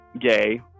gay